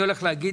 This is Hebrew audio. אני הולך להגיד